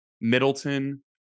Middleton